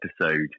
episode